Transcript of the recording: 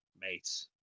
mates